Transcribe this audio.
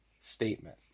statement